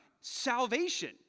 salvation